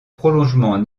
prolongement